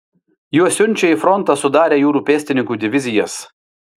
juos siunčia į frontą sudarę jūrų pėstininkų divizijas